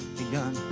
begun